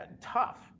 tough